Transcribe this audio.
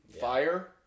fire